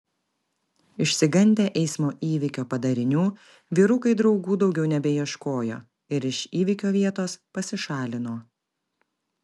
išsigandę eismo įvykio padarinių vyrukai draugų daugiau nebeieškojo ir iš įvykio vietos pasišalino